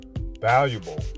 valuable